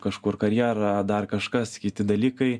kažkur karjera dar kažkas kiti dalykai